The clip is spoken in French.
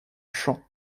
chant